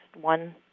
one